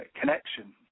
connection